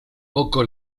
poco